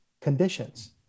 conditions